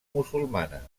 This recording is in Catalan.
musulmana